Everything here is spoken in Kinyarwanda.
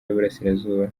y’iburasirazuba